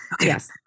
Yes